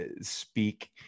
speak